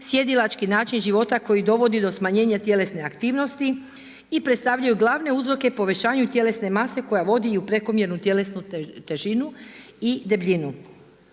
sjedilački način života koji dovodi do smanjenja tjelesne aktivnosti i predstavljaju glavne uzroke povećanju tjelesne mase koja vodi i u prekomjernu tjelesnu težinu i debljinu.